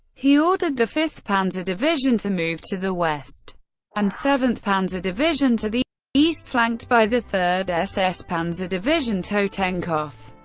he ordered the fifth panzer division to move to the west and seventh panzer division to the east, flanked by the third ss panzer division totenkopf.